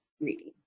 reading